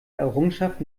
errungenschaft